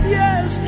yes